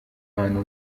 hantu